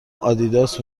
آدیداس